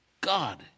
God